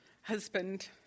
husband